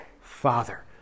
Father